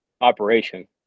operation